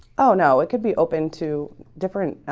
oh no, it could be open to different,